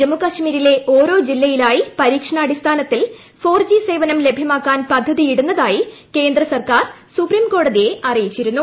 ജമ്മുകാശ്മീരിലെ ഓരോ ജില്ലയിലായി പരീക്ഷണാടിസ്ഥാനത്തിൽ ഫോർ ജി സേവനം ലഭ്യമാക്കാൻ പദ്ധതിയിടുന്നതായി കേന്ദ്രസർക്കാർ സുപ്രീം കോടതിയെ അറിയിച്ചിരുന്നു